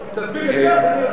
תסביר את זה,